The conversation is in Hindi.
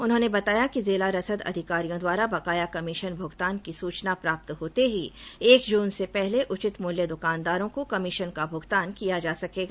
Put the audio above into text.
उन्होंने बताया कि जिला रसद अधिकारियों द्वारा बकाया कमीशन भगतान की सुचना प्राप्त होते ही एक जुन से पहले उचित मूल्य दुकानदारों को कमीशन का भुगतान किया जा सकेगा